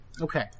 Okay